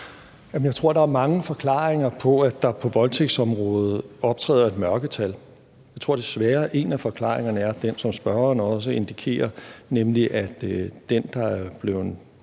Jeg tror, der er mange forklaringer på, at der på voldtægtsområdet optræder et mørketal. Jeg tror desværre, at en af forklaringerne er den, som spørgeren også indikerer, nemlig at den, der har været